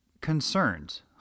concerns